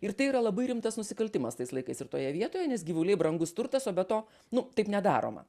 ir tai yra labai rimtas nusikaltimas tais laikais ir toje vietoje nes gyvuliai brangus turtas o be to nu taip nedaroma